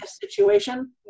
situation